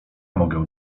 mogę